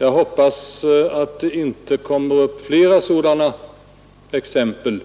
Jag hoppas att det inte kommer flera sådana exempel